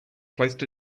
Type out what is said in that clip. placed